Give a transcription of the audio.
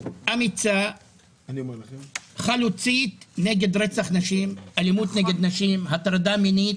פעילות אמיצה נגד רצח נשים, הטרדה מינית.